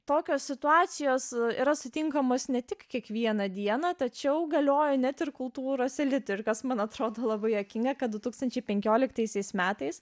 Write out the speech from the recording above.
tokios situacijos yra sutinkamos ne tik kiekvieną dieną tačiau galioja net ir kultūros elitui ir kas man atrodo labai juokinga kad du tūkstančiai penkioliktaisiais metais